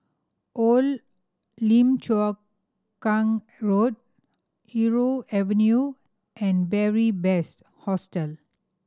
Old Lim Chu Kang Road Irau Avenue and Beary Best Hostel